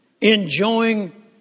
enjoying